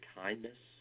kindness